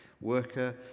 worker